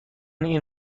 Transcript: این